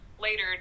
later